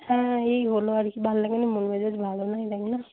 হ্যাঁ এই হলো আর কি ভাল লাগে না মন মেজাজ ভালো নেই দেখ না